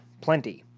plenty